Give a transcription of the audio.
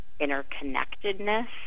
interconnectedness